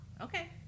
Okay